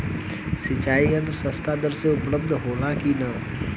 सिंचाई यंत्र सस्ता दर में उपलब्ध होला कि न?